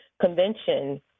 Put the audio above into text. Convention